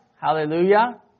Hallelujah